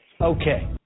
Okay